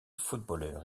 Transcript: footballeur